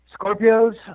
Scorpios